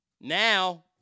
Now